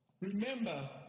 Remember